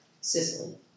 Sicily